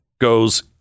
goes